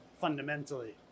fundamentally